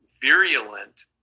virulent